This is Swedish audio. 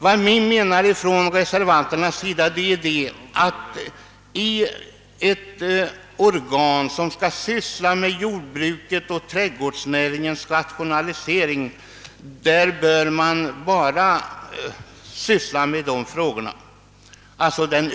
Vad reservanterna menar är att i ett organ som skall syssla med jordbrukets och den yrkesmässiga trädgårdsnäringens rationalisering bör man bara syssla med de frågorna.